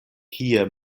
kie